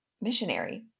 missionary